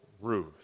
Ruth